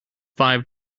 five